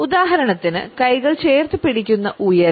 ഉദാഹരണത്തിന് കൈകൾ ചേർത്തുപിടിക്കുന്ന ഉയരം